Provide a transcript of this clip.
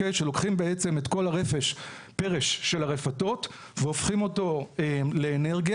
שלוקחים בעצם את כל הפרש של הרפתות והופכים אותו לאנרגיה,